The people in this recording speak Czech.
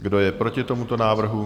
Kdo je proti tomuto návrhu?